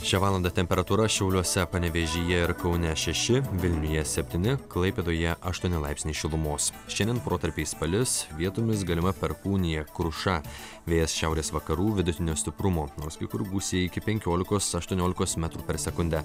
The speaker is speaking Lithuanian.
šią valandą temperatūra šiauliuose panevėžyje ir kaune šeši vilniuje septyni klaipėdoje aštuoni laipsniai šilumos šiandien protarpiais palis vietomis galima perkūnija kruša vėjas šiaurės vakarų vidutinio stiprumo nors kai kur gūsiai iki penkiolikos aštuoniolikos metrų per sekundę